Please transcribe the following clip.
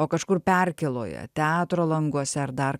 o kažkur perkėloje teatro languose ar dar